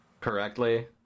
correctly